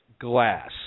glass